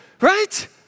right